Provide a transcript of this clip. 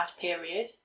period